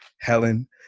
Helen